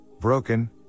broken